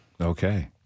Okay